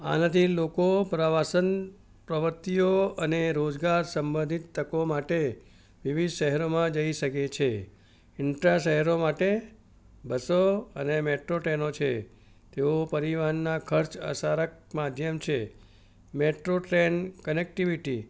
આનાથી લોકો પ્રવાસન પ્રવૃત્તિઓ અને રોજગાર સંબધિત તકો માટે વિવિધ શહેરોમાં જઇ શકે છે ઇન્ટ્રા શહેરો માટે બસો અને મેટ્રો ટ્રેનો છે તેઓ પરિવારનાં ખર્ચ અસરકારક માધ્યમ છે મેટ્રો ટ્રેન કનેકટીવિટી